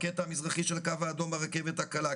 הקטע המזרחי של הקו האדום ברכבת הקלה,